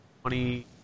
twenty